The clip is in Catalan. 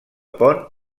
pont